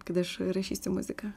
kad aš rašysiu muziką